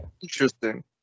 Interesting